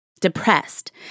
depressed